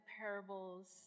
parables